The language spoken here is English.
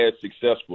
successful